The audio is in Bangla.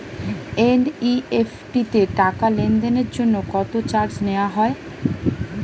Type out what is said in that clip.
এন.ই.এফ.টি তে টাকা লেনদেনের জন্য কত চার্জ নেয়া হয়?